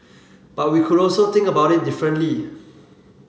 but we could also think about it differently